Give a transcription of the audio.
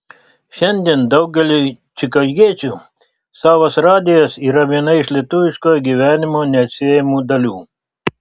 šiandien daugeliui čikagiečių savas radijas yra viena iš lietuviškojo gyvenimo neatsiejamų dalių